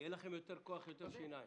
יהיה לכם יותר כוח, יותר שיניים.